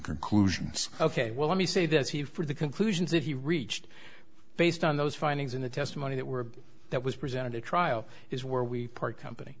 conclusions ok well let me say that he for the conclusions that he reached based on those findings in the testimony that were that was presented at trial is where we part company